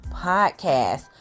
podcast